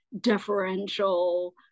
deferential